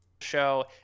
show